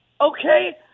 okay